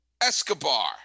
Escobar